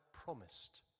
promised